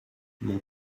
mon